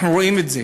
אנחנו רואים את זה.